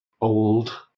old